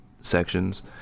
sections